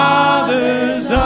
Father's